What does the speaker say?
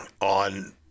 on